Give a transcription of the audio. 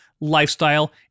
lifestyle